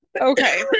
Okay